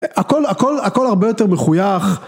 הכל, הכל, הכל הרבה יותר מחוייך.